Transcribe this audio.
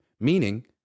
meaning